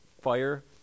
fire